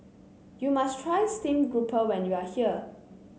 you must try Steamed Grouper when you are here